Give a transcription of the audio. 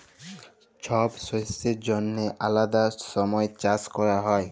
ছব শস্যের জ্যনহে আলেদা ছময় চাষ ক্যরা হ্যয়